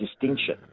distinction